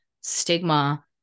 stigma